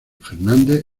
fernández